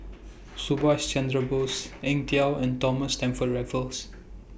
Subhas Chandra Bose Eng Tow and Thomas Stamford Raffles